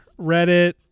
Reddit